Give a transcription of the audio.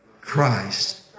Christ